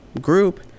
group